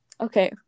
Okay